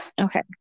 Okay